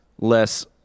less